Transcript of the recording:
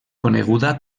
coneguda